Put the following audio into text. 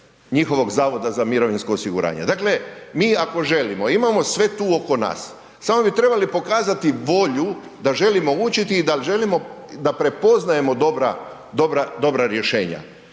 njihovog zavoda za mirovinsko osiguranje. Dakle mi ako želimo imamo sve tu oko nas, samo bi trebali pokazati volju da želimo učiti i da želimo da prepoznajemo dobra rješenja.